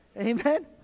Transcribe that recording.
Amen